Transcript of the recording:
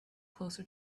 closer